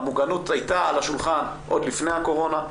המוגנות הייתה על השולחן עוד לפני הקורונה.